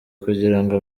kugirango